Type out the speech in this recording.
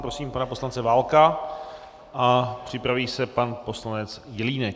Prosím pana poslance Válka a připraví se pan poslanec Jelínek.